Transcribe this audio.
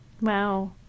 Wow